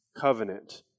covenant